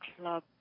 club